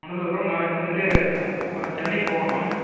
ஒன்றும் இல்லை ப்ரோ நாளைக்கு வந்துவிட்டு கொஞ்சம் சென்னை போகணும்